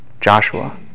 Joshua